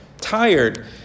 tired